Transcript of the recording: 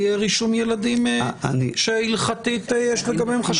רישום ילדים שהלכתית יש לגביהם חשד ממזרות?